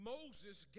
Moses